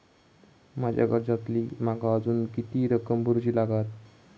माझ्या कर्जातली माका अजून किती रक्कम भरुची लागात?